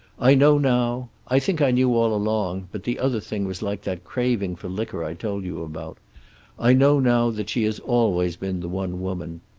i know now i think i knew all along, but the other thing was like that craving for liquor i told you about i know now that she has always been the one woman.